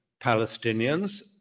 palestinians